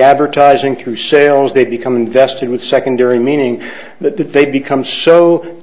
advertising through sales they become invested with secondary meaning that they become so